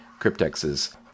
cryptexes